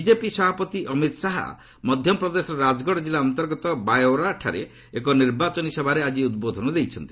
BJP ସଭାପତି ଅମିତ ଶାହା ମଧ୍ୟପ୍ରଦେଶର ରାଜଗଡ଼ ଜିଲ୍ଲା ଅନ୍ତର୍ଗତ ବାୟାଓରାଠାରେ ଏକ ନିର୍ବାଚନୀ ସଭାରେ ଆଜି ଉଦ୍ବୋଧନ ଦେଇଛନ୍ତି